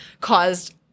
caused